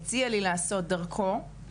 שלא היה דר' הנדלר, הציע לי לעשות דרכו בלניאדו